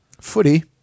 Footy